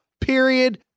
Period